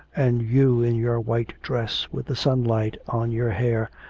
and you, in your white dress, with the sunlight on your hair,